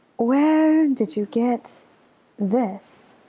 where did you get this?